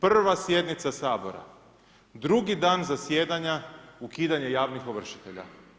Prva sjednica Sabora, drugi dan zasjedanja, ukidanje javnih ovršitelja.